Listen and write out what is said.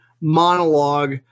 monologue